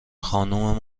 خانوم